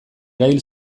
erail